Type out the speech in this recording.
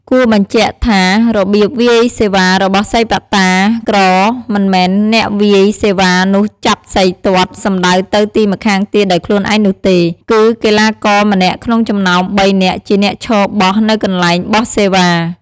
គួរបញ្ជាក់ថា របៀបវាយសេវារបស់សីប៉ាក់តាក្រមិនមែនអ្នកវាយសេវានោះចាប់សីទាត់ សំដៅទៅទីម្ខាងទៀតដោយខ្លួនឯងនោះទេ គឺកីឡាករម្នាក់ក្នុងចំណោម ៣ នាក់ជាអ្នកឈរបោះនៅកន្លែងបោះសេវា ។